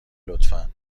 لطفا